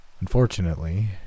Unfortunately